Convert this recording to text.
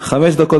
חמש דקות.